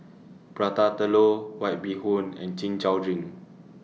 Prata Telur White Bee Hoon and Chin Chow Drink